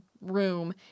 room